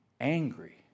angry